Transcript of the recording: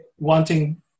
wanting